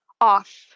off